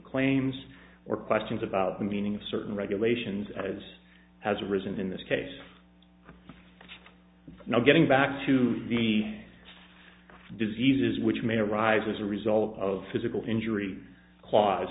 claims or questions about the meaning of certain regulations as has arisen in this case now getting back to the diseases which may arise as a result of physical injury clause